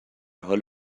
حال